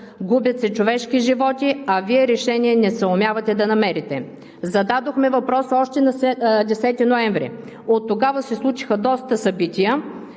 губят се човешки животи, а Вие решение не съумявате да намерите. Зададохме въпроса още на 10 ноември. Оттогава се случиха доста събития